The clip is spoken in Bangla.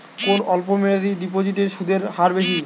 কোন অল্প মেয়াদি ডিপোজিটের সুদের হার বেশি?